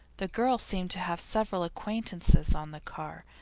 the girl seemed to have several acquaintances on the car,